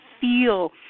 feel